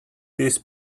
this